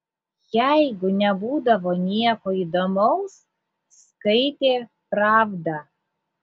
jeigu nebūdavo nieko įdomaus skaitė pravdą